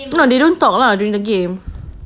no they don't talk lah during the game